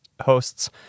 hosts